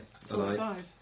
five